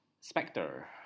Spectre